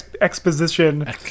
exposition